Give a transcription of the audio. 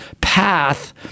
path—